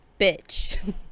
Bitch